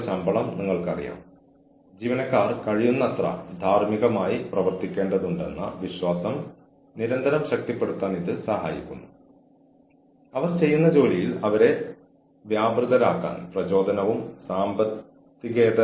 മിക്ക കേസുകളിലും ജീവനക്കാരെ നിങ്ങൾക്ക് അറിയാവുന്ന പ്രശ്നങ്ങൾ മോശം പ്രകടനത്തിന്റെ രേഖകൾ എന്നിവയിൽ നിന്ന് രക്ഷിക്കാൻ ഇത് സഹായിക്കുന്നു അത് ആത്യന്തികമായി ഓർഗനൈസേഷന് അവരെ പുറത്താക്കാൻ ഒരു കാരണമായി മാറിയേക്കാം